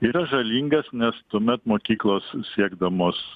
yra žalingas nes tuomet mokyklos siekdamos